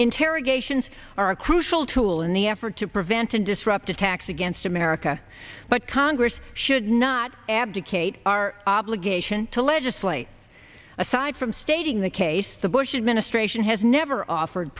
interrogations are a crucial tool in the effort to prevent and disrupt attacks against america but congress should not abdicate our obligation to legislate aside from stating the case the bush administration has never offered